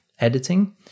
editing